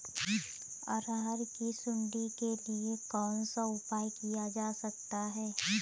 अरहर की सुंडी के लिए कौन सा उपाय किया जा सकता है?